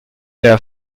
der